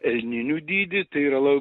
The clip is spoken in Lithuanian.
elninių dydį tai yra la